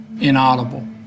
inaudible